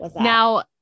Now